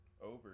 over